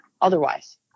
otherwise